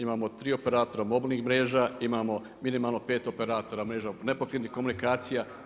Imamo tri operatora mobilnih mreža, imamo minimalno pet operatora mreža nepokretnih komunikacija.